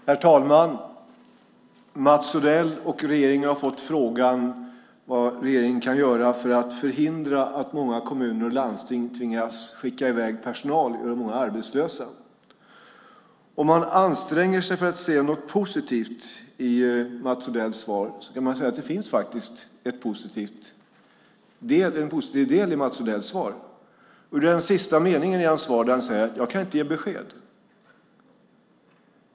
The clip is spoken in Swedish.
Herr talman! Mats Odell och regeringen har fått frågan vad regeringen kan göra för att förhindra att många kommuner och landsting tvingas skicka i väg personal och göra dem arbetslösa. Om man anstränger sig kan man se något positivt i Mats Odells svar. Det gäller den sista meningen i hans svar där han säger att han inte kan ge besked.